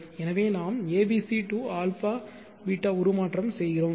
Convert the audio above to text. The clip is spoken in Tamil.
எனவே நாம் abc to α β உருமாற்றம் செய்கிறோம்